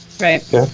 Right